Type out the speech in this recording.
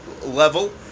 level